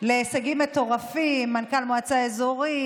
להישגים מטורפים: מנכ"ל מועצה אזורית,